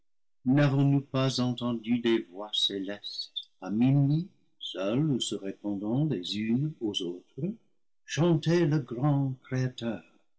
n'avons-nous pas entendu des voix célestes à minuit seules ou se répondant les unes aux autres chanter le grand créateur